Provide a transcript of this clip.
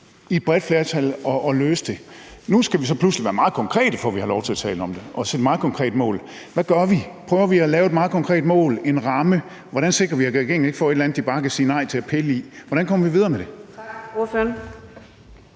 i et bredt flertal at løse det. Nu skal vi pludselig være meget konkrete for at have lov til at tale om det og sætte meget konkrete mål. Hvad gør vi? Prøver vi at lave et meget konkret mål, en ramme? Hvordan sikrer vi, at regeringen ikke får et eller andet, de bare kan sige nej til og pille i? Hvordan kommer vi videre med det?